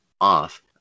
off –